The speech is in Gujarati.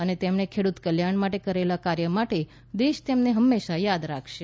અને તેમણે ખેડૂત કલ્યાણ માટે કરેલા કાર્ય માટે દેશ તેમને હંમેશાં યાદ રાખશે